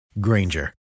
Granger